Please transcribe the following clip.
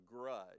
grudge